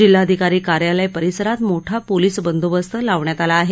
जिल्हाधिकारी कार्यालय परिसरात मोठा पोलिस बंदोबस्त लावण्यात आला आहे